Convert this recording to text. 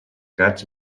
gats